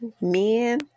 men